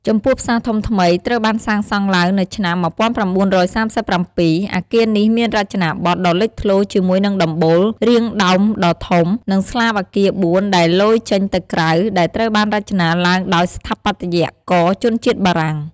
ចំពោះផ្សារធំថ្មី ត្រូវបានសាងសង់ឡើងនៅឆ្នាំ ១៩៣៧ អគារនេះមានរចនាបថ ដ៏លេចធ្លោជាមួយនឹងដំបូលរាងដោមដ៏ធំ និងស្លាបអគារបួនដែលលយចេញទៅក្រៅ ដែលត្រូវបានរចនាឡើងដោយស្ថាបត្យករជនជាតិបារាំង។